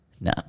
No